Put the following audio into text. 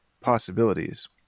possibilities